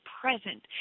present